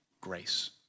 grace